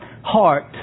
Heart